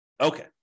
Okay